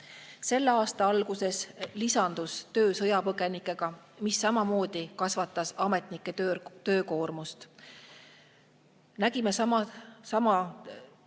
Selle aasta alguses lisandus töö sõjapõgenikega, mis samamoodi kasvatas ametnike töökoormust. Oleme ka